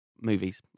movies